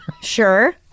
Sure